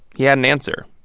he had an answer